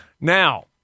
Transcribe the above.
Now